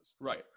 Right